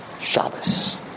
Shabbos